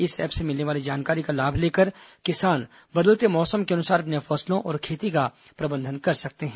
इस ऐप से मिलने वाली जानकारी का लाभ लेकर किसान बदलते मौसम के अनुसार अपने फसलों और खेती का प्रबंधन कर सकते हैं